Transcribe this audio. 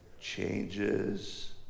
Changes